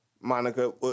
Monica